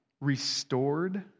restored